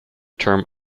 term